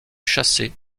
chasser